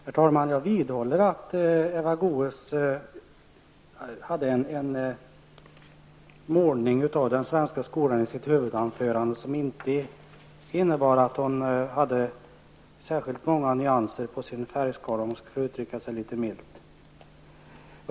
Herr talman! Jag vidhåller att Eva Goe s hade en målning av den svenska skolan i sitt huvudanförande som inte innebär att hon hade särskilt många nyanser på sin färgskala, om jag uttrycker mig litet milt.